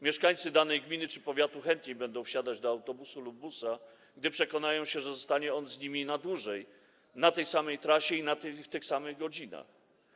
Mieszkańcy danej gminy czy powiatu będą chętniej wsiadać do autobusu lub busa, gdy przekonają się, że zostanie on z nimi na dłużej, na tej samej trasie i w tych samych godzinach.